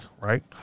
Right